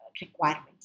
requirements